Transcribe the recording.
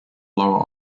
lower